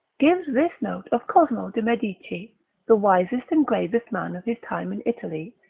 gives this note of cosmo de medici, the wisest and gravest man of his time in italy,